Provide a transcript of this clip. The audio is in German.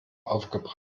aufgebracht